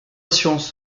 assurances